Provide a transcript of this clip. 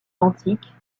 antiques